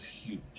huge